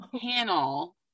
panel